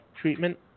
treatment